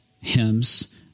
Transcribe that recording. hymns